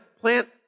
plant